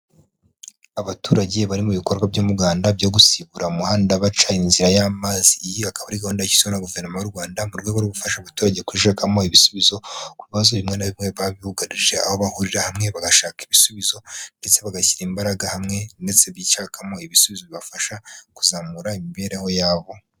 Abaturage bari mu bikorwa by'umuganda byo gusibura umuhanda, baca inzira y'amazi. Iyi ikaba ari gahunda yashyizweho na guverinoma y'u Rwanda, mu rwego rwo gufasha abaturage kwishakamo ibisubizo ku bibazo bimwe na bimwe bibugarije. Aho bahurira hamwe bagashaka ibisubizo ndetse bagashyira imbaraga hamwe ndetse bishakamo ibisubizo bibafasha kuzamura imibereho yabo.